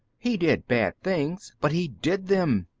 he did bad things, but he did them.